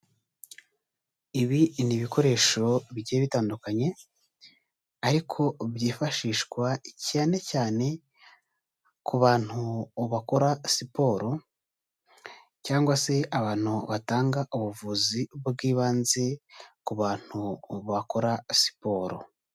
Ibi ni ibikoresho bigiye bitandukanye, ariko byifashishwa cyane cyane ku bantu bakora siporo cyangwa se abantu batanga ubuvuzi bw'ibanze ku bantu bakora siporo.